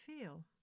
feel